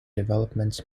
developments